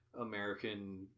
American